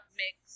mix